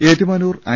Ettumanoor I